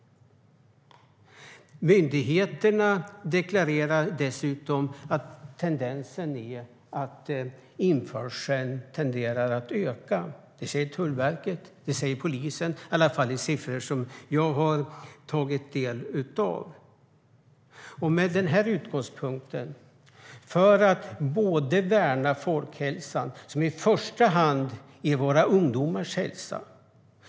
Myndigheterna deklarerar dessutom att införseln tenderar att öka. Det säger Tullverket och polisen, i alla fall i de siffror jag har tagit del av. Utgångspunkten är att värna om folkhälsan, som i första hand är våra ungdomars hälsa.